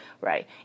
right